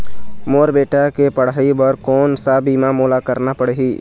मोर बेटा के पढ़ई बर कोन सा बीमा मोला करना पढ़ही?